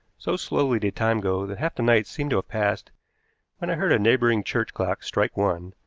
so slowly did time go that half the night seemed to have passed when i heard a neighboring church clock strike one,